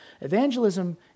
Evangelism